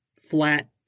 flat